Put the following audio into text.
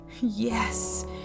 Yes